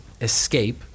escape